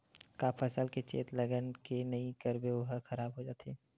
का फसल के चेत लगय के नहीं करबे ओहा खराब हो जाथे?